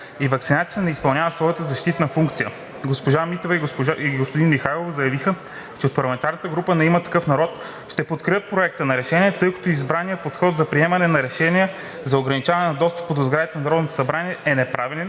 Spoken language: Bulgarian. и ваксинацията не изпълнява своята защитна функция. Госпожа Митева и господин Михайлов заявиха, че от парламентарната група на „Има такъв народ“ ще подкрепят Проекта на решение, тъй като избраният подход за приемане на Решение за ограничаване на достъпа до сградите на Народното събрание е неправилен